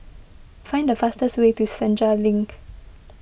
find the fastest way to Senja Link